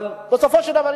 אבל בסופו של דבר,